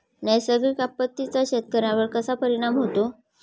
नैसर्गिक आपत्तींचा शेतकऱ्यांवर कसा परिणाम होतो?